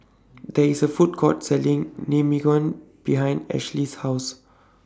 There IS A Food Court Selling Naengmyeon behind Ashley's House